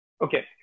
Okay